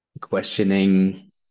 questioning